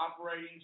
operating